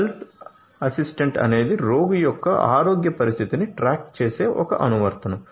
health assistant అనేది రోగి యొక్క ఆరోగ్య పరిస్థితిని ట్రాక్ చేసే ఒక అనువర్తనం